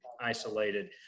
isolated